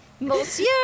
Monsieur